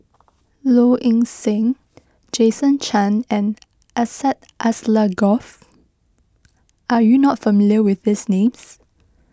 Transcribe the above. Low Ing Sing Jason Chan and Syed Alsagoff are you not familiar with these names